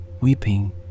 weeping